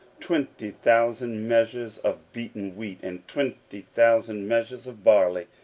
twenty thousand measures of beaten wheat, and twenty thousand measures of barley,